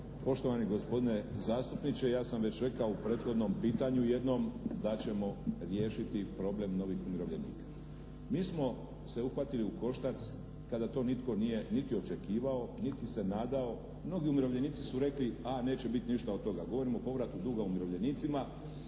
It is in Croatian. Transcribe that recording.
Poštovani gospodine zastupniče, ja sam već rekao u prethodnom pitanju jednom da ćemo riješiti problem novih umirovljenika. Mi smo se uhvatili u koštac kada to nitko nije niti očekivao niti se nadao, mnogi umirovljenici su rekli, a neće biti ništa od toga, govorim o povratu duga umirovljenicima.